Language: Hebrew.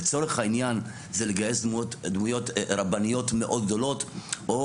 לצורך העניין זה לגייס דמויות רבניות מאוד גדולות או